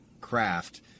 craft